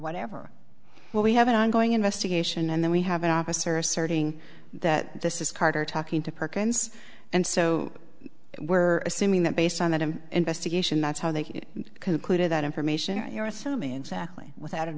whatever but we have an ongoing investigation and then we have an officer asserting that this is carter talking to perkins and so we're assuming that based on that an investigation that's how they concluded that information or you're assuming exactly without